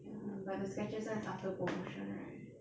ya but the skechers [one] is after promotion right